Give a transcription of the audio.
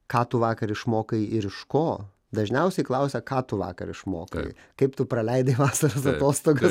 ką tu vakar išmokai ir iš ko dažniausiai klausia ką tu vakar išmokai kaip tu praleidai vasaros atostogas